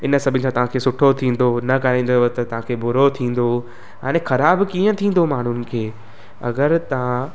इन सभिनि सां तव्हांखे सुठो थींदो न कराईंदव त तव्हांखे बुरो थींदो हाणे ख़राबु कीअं थींदो माण्हुनि खे अगरि तव्हां